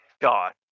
God